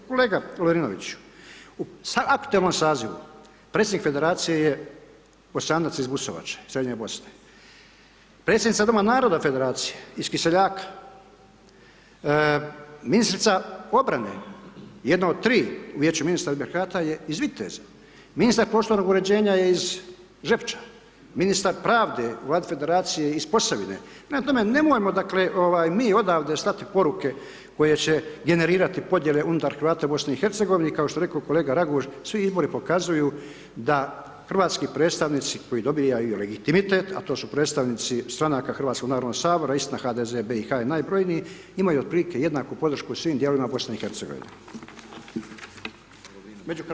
Kolega Lovrinoviću, u aktualnom sazivu predsjednik Federacije je Bosanac iz Busovače, Srednje Bosne, predsjednica Doma naroda Federacije iz Kiseljaka, ministrica obrane, jedna od tri u Vijeću ... je iz Viteza, ministar prostornog uređenja je iz Žepča, ministar pravde u Vladi Federacije iz Posavine, prema tome, nemojmo dakle, mi odavde slati poruke koje će generirati podijele unutar Hrvata u Bosni i Hercegovini, kao što je rekao kolega Raguž, svi izbori pokazuju da hrvatski predstavnici koji dobivaju legitimitet, a to su predstavnici stranaka hrvatskog Narodnog sabora, istina HDZ BiH je najbrojniji, imaju otprilike jednaku podršku u svim dijelovima Bosne i Hercegovine.